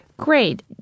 Great